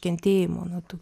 kentėjimo na tų